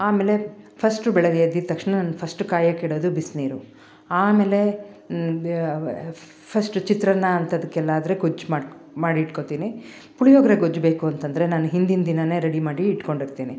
ಆಮೇಲೆ ಫಸ್ಟ್ ಬೆಳಗ್ಗೆ ಎದ್ದಿದ ತಕ್ಷಣ ನಾನು ಫಸ್ಟ್ ಕಾಯೋಕಿಡೋದು ಬಿಸಿ ನೀರು ಆಮೇಲೆ ಫಸ್ಟ್ ಚಿತ್ರನ್ನ ಅಂತದಕೆಲ್ಲಾ ಆದರೆ ಗೊಜ್ಜು ಮಾಡಿ ಮಾಡಿಟ್ಕೊತೀನಿ ಪುಳಿಯೋಗರೆ ಗೊಜ್ಜು ಬೇಕು ಅಂತದರೆ ನಾನು ಹಿಂದಿನ ದಿನ ರೆಡಿ ಮಾಡಿ ಇಟ್ಕೊಂಡಿರ್ತಿನಿ